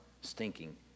stinking